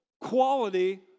quality